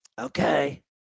okay